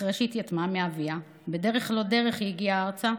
אחרי שהתייתמה מאביה, בדרך-לא-דרך היא הגיעה ארצה,